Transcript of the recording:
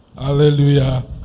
Hallelujah